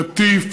קטיף,